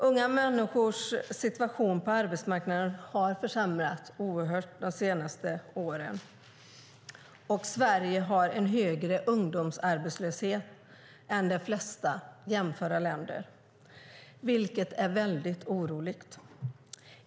Unga människors situation på arbetsmarknaden har försämrats oerhört de senaste åren, och Sverige har en högre ungdomsarbetslöshet än de flesta jämförda länder, vilket är väldigt oroande.